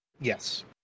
Yes